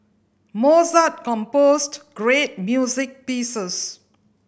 Mozart composed great music pieces